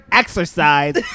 exercise